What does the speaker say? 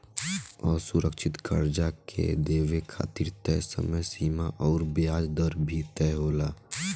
असुरक्षित कर्जा के देवे खातिर तय समय सीमा अउर ब्याज दर भी तय होला